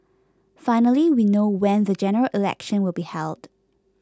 finally we know when the General Election will be held